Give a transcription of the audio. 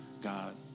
God